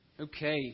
Okay